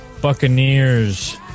Buccaneers